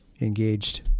engaged